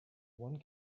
one